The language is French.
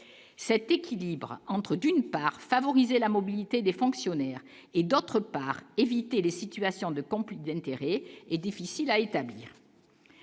cet équilibre entre d'une part, favoriser la mobilité des fonctionnaires, et d'autre part, éviter les situations de Pampelune, l'intérêt est difficile à établir,